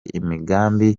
imigambi